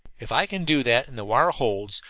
if i can do that, and the wire holds,